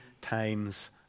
times